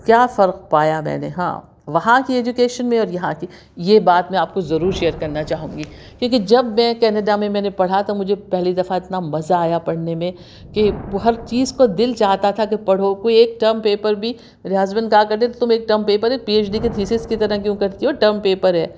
کیا فرق پایا میں نے ہاں وہاں کی ایجوکیشن میں اور یہاں کی یہ بات میں آپ کو ضرور شئیر کرنا چاہوں گی کیونکہ جب میں کینیڈا میں میں نے پڑھا تو مجھے پہلی دفعہ اتنا مزہ آیا پڑھنے میں کہ وہ ہر چیز کو دِل چاہتا تھا کہ پڑھو کوئی ایک ٹرم پیپر بھی میرے ہسبینڈ کہا کرتے تھے کہ تم ایک ٹرم پیپر بھی پی ایچ ڈی کی تھیسس کی طرح کیوں کرتی ہو ٹرم پیپر ہے